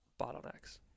bottlenecks